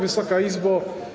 Wysoka Izbo!